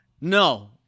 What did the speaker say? No